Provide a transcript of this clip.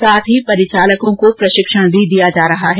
साथ ही परिचालकों को प्रशिक्षण भी दिया जा रहा है